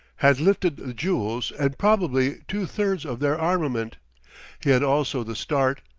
had lifted the jewels and probably two-thirds of their armament he had also the start,